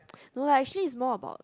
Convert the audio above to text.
no lah actually is more about